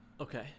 Okay